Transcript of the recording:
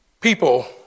People